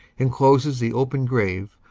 encloses the open grave,